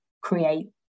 create